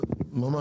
ממש.